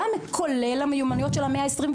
כולל גם המיומנויות של המאה ה-21,